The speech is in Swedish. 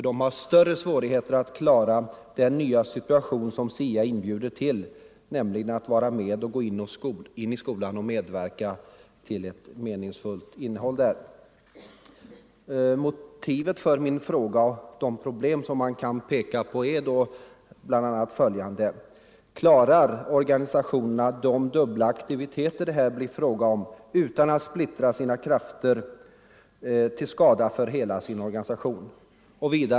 De har större svårigheter att klara den nya situation som SIA inbjuder till, nämligen att gå in i skolan och medverka till ett meningsfullt innehåll där. De problem som man kan peka på är bl.a. följande. Hur skall organisationerna kunna klara de dubbla aktiviteter som det blir fråga om utan att splittra sina krafter till skada för hela sin organisation?